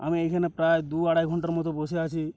আমি এখানে প্রায় দু আড়াই ঘণ্টার মতো বসে আছি